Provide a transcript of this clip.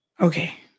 Okay